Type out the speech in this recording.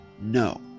no